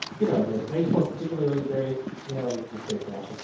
you know, the rates weren't particularly great. you know, we can just pay cash. that's